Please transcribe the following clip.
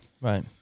Right